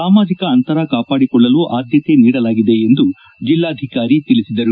ಸಾಮಾಜಕ ಅಂತರ ಕಾಪಾಡಿಕೊಳ್ಳಲು ಆದ್ಯತೆ ನೀಡಲಾಗಿದೆ ಎಂದು ಜಿಲ್ಲಾಧಿಕಾರಿ ತಿಳಿಸಿದ್ದಾರೆ